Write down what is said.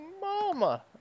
mama